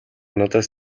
надаас